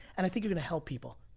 and i think you're gonna help people.